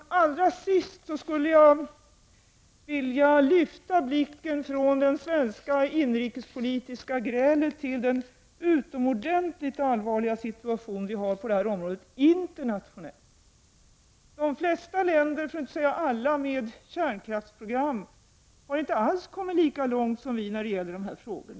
Till sist vill jag lyfta blicken från det svenska inrikespolitiska grälet till den utomordentligt allvarliga situation som råder på detta område internationellt sett. De flesta — för att inte säga alla — länder med kärnkraftsprogram har inte alls kommit lika långt som Sverige när det gäller dessa frågor.